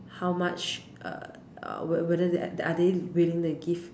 how much err whether they are they willing to give